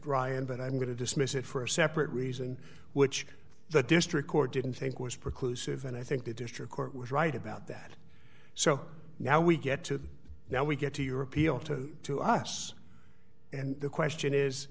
brian but i'm going to dismiss it for a separate reason which the district court didn't think was precludes suv and i think the district court was right about that so now we get to now we get to your appeal to to us and the question is